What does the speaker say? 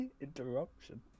Interruption